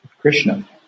Krishna